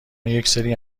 یکسری